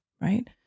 right